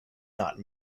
not